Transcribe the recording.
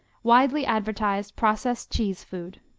widely advertised processed cheese food.